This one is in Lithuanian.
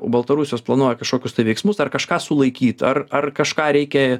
baltarusijos planuoja kažkokius tai veiksmus ar kažką sulaikyt ar ar kažką reikia